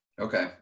Okay